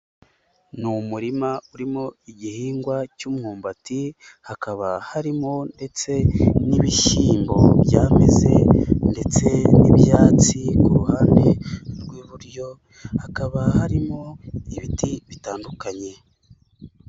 Ni umurima urimo igihingwa cy'umwumbati hakaba harimo ndetse n'ibishyimbo byameze ndetse n'ibyatsi ku ruhande rw'iburyo hakaba harimo ibiti bitandukanye.